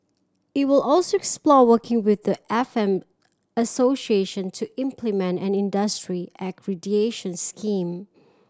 it will also explore working with the F M association to implement and industry accreditation scheme